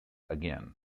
again